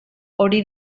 hori